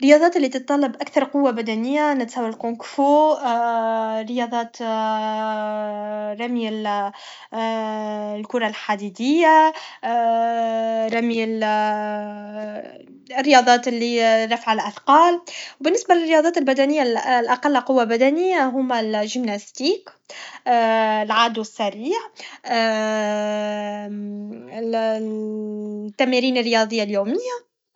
الرياضات لي تتطلب اكثر قوة بدنية نتصور الكونغ فو رياضات رمي ال الكرة الحديدية رمي ال رياضات لي رفع الاثقال و بالنسبة للرياضات البدنية الأقل قوة بدنية هما لجيمناستيك العدو السريع التمارين الرياضية اليومية